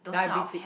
diabetes